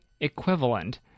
equivalent